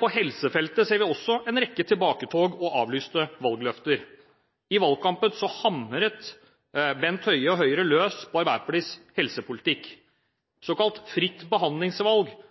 På helsefeltet ser vi også en rekke tilbaketog og avlyste valgløfter. I valgkampen hamret Bent Høie og Høyre løs på Arbeiderpartiets helsepolitikk. Såkalt fritt behandlingsvalg